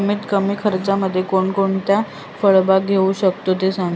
कमीत कमी खर्चामध्ये कोणकोणती फळबाग घेऊ शकतो ते सांगा